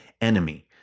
enemy